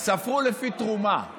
ספרו לפי תרומה.